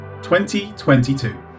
2022